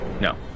no